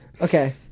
Okay